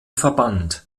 verbannt